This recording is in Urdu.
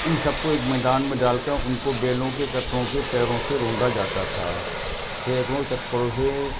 ان سب کو ایک میدان میں ڈال کر ان کو بیلوں کے کتوں کے پیروں سے روندا جاتا تھا سینکڑوں چکروں سے